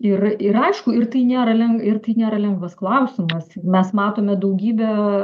ir ir aišku ir tai nėra leng ir tai nėra lengvas klausimas mes matome daugybę